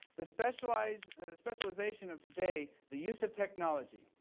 the specialization specialization of today the use of technology,